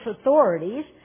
authorities